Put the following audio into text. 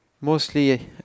mostly